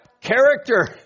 Character